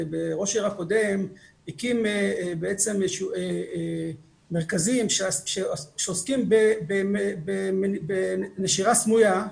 ראש העיר הקודם הקים בעצם מרכזים שעוסקים בנשירה סמויה.